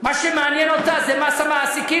מה שמעניין אותה זה מס המעסיקים,